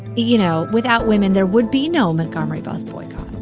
you know, without women there would be no montgomery bus boycott.